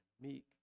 meek